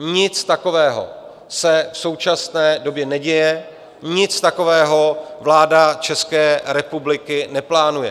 Nic takového se v současné době neděje, nic takového vláda České republiky neplánuje.